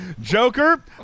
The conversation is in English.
joker